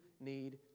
need